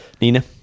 Nina